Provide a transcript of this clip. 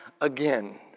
again